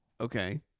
Okay